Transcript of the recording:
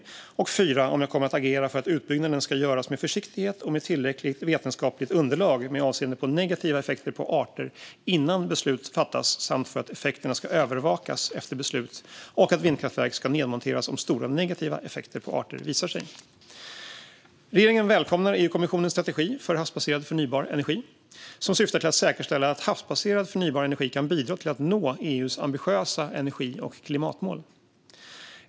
För det fjärde har han frågat om jag kommer att agera för att utbyggnaden ska göras med försiktighet och med tillräckligt vetenskapligt underlag med avseende på negativa effekter på arter innan beslut fattas samt för att effekterna ska övervakas efter beslut och att vindkraftverk ska nedmonteras om stora negativa effekter på arter visar sig. Regeringen välkomnar EU-kommissionens strategi för havsbaserad förnybar energi, som syftar till att säkerställa att havsbaserad förnybar energi kan bidra till att nå EU:s ambitiösa energi och klimatmål.